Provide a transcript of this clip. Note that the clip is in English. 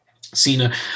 Cena